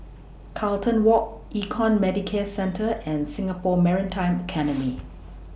Carlton Walk Econ Medicare Centre and Singapore Maritime Academy